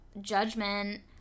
judgment